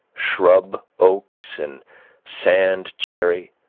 shrub oaks and sand cherry,